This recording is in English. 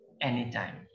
anytime